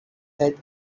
said